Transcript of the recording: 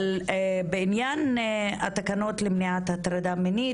בעניין התקנות למניעת הטרדה מינית,